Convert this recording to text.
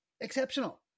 exceptional